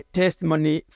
testimony